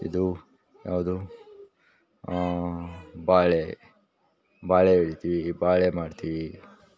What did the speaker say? ಇದು ಯಾವುದು ಬಾಳೆ ಬಾಳೆ ಹೇಳ್ತಿವಿ ಬಾಳೆ ಮಾಡ್ತೀವಿ